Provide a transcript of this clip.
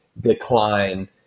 decline